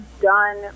done